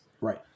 Right